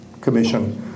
Commission